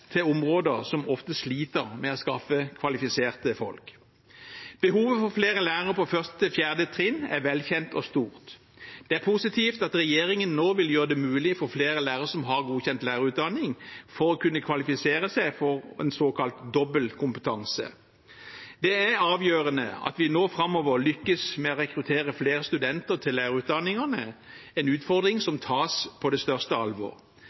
på 1.–4. trinn er velkjent og stort. Det er positivt at regjeringen nå vil gjøre det mulig for flere lærere som har godkjent lærerutdanning, å kunne kvalifisere seg for såkalt dobbel kompetanse. Det er avgjørende at vi nå framover lykkes med å rekruttere flere studenter til lærerutdanningene – en utfordring som tas på det største alvor.